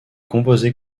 composés